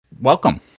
welcome